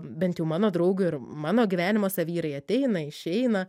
bent jau mano draugių ir mano gyvenimuose vyrai ateina išeina